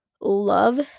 love